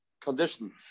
condition